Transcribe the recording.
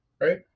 right